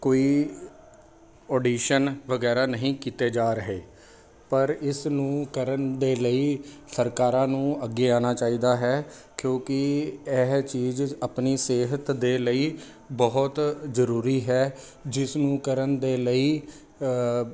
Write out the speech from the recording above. ਕੋਈ ਅੋਡੀਸ਼ਨ ਵਗੈਰਾ ਨਹੀਂ ਕੀਤੇ ਜਾ ਰਹੇ ਪਰ ਇਸ ਨੂੰ ਕਰਨ ਦੇ ਲਈ ਸਰਕਾਰਾਂ ਨੂੰ ਅੱਗੇ ਆਉਣਾ ਚਾਹੀਦਾ ਹੈ ਕਿਉਂਕਿ ਇਹ ਚੀਜ਼ ਆਪਣੀ ਸਿਹਤ ਦੇ ਲਈ ਬਹੁਤ ਜ਼ਰੂਰੀ ਹੈ ਜਿਸ ਨੂੰ ਕਰਨ ਦੇ ਲਈ